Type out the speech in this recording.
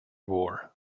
war